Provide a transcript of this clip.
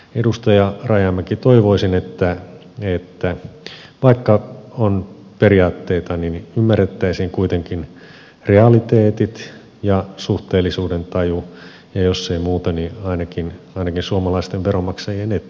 edustaja rajamäki toivoisin että vaikka on periaatteita niin ymmärrettäisiin kuitenkin realiteetit ja suhteellisuudentaju ja jos ei muuta niin ainakin suomalaisten veronmaksajien etu